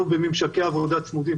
אנחנו בממשקי עבודה צמודים,